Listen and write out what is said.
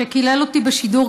שקילל אותי בשידור,